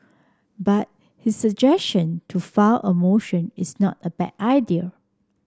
but his suggestion to file a motion is not a bad idea